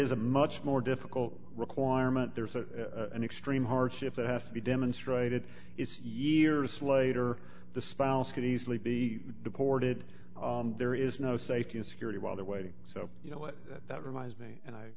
is a much more difficult requirement there's a an extreme hardship that has to be demonstrated is years later the spouse could easily be deported there is no safety and security while they're waiting so you know what that reminds me and i